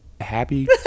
happy